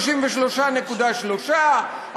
33.3%,